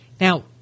Now